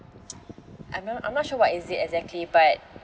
I'm not I'm not sure what is it exactly but